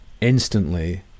instantly